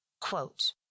Quote